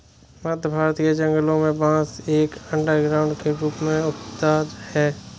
मध्य भारत के जंगलों में बांस एक अंडरग्राउंड के रूप में उगता है